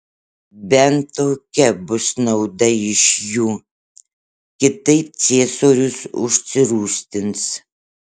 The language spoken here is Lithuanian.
bent tokia bus nauda iš jų kitaip ciesorius užsirūstins